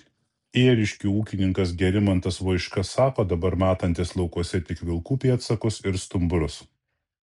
ėriškių ūkininkas gerimantas voiška sako dabar matantis laukuose tik vilkų pėdsakus ir stumbrus